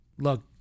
look